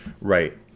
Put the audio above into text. Right